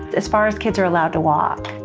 as far as kids are allowed to walk.